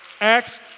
Acts